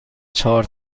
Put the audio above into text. چهار